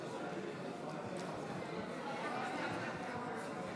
הצבעה על